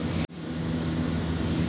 खाता कइसे खुली?